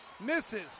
Misses